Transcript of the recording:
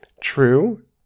True